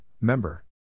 member